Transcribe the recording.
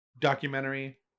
documentary